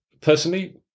personally